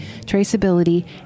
traceability